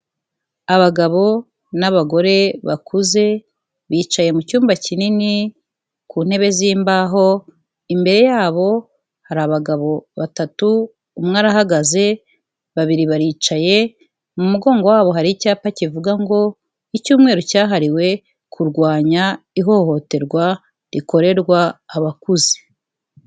Abagabo n'abagore bakuze bicaye mu cyumba kinini ku ntebe zimbaho, imbere yabo hari abagabo batatu umwe arahagaze babiri baricaye, mu mugongo wabo hari icyapa kivuga ngo icyumweru cyahariwe kurwanya ihohoterwa rikorerwa abakuze.